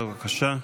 בבקשה.